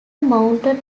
mounted